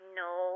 no